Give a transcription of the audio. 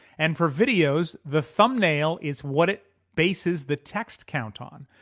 and for videos the thumbnail is what it bases the text count on.